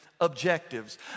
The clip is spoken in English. objectives